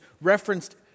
referenced